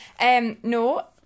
No